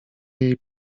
jej